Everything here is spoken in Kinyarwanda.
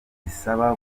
zisaba